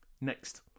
Next